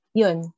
yun